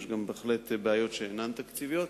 יש בהחלט גם בעיות שאינן תקציביות,